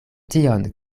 tion